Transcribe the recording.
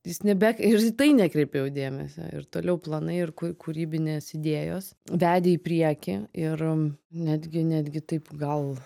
jis nebe ir jis į tai nekreipė jau dėmesio ir toliau planai ir ku kūrybinės idėjos vedė į priekį ir netgi netgi taip gal